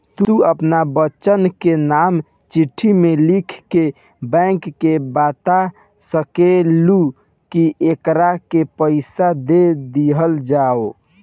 तू आपन बच्चन के नाम चिट्ठी मे लिख के बैंक के बाता सकेलू, कि एकरा के पइसा दे दिहल जाव